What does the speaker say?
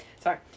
sorry